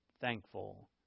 thankful